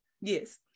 Yes